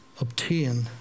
obtain